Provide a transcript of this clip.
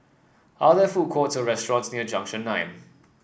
are there food courts or restaurants near Junction Nine